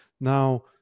Now